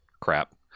crap